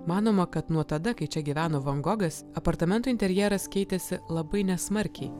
manoma kad nuo tada kai čia gyveno van gogas apartamentų interjeras keitėsi labai nesmarkiai